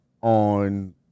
on